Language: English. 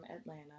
Atlanta